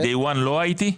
מהיום הראשון לא הייתי?